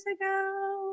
ago